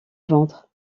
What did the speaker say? vendre